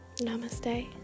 Namaste